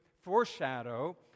foreshadow